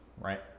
right